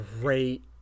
great